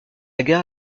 gare